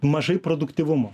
mažai produktyvumo